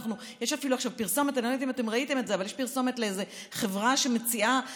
יש אפילו עכשיו איזו פרסומת לאיזו חברה שמציעה